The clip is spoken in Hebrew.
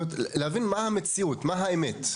להבין מה המציאות, מה האמת.